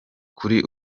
kuri